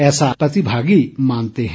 ऐसा प्रतिभागी मानते हैं